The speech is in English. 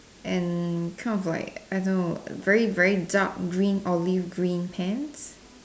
and kind of like I don't know very very dark green olive pants